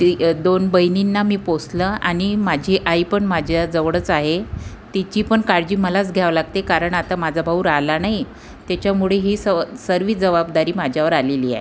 ती दोन बहिणींना मी पोसलं आणि माझी आई पण माझ्याजवळच आहे तिची पण काळजी मलाच घ्यावी लागते कारण आता माझा भाऊ राहिला नाही त्याच्यामुळे ही सर् सर्वी जबाबदारी माझ्यावर आलेली आहे